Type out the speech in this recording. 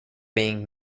being